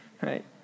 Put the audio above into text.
Right